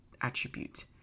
attribute